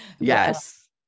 Yes